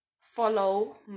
follow